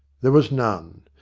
there was none.